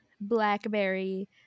blackberry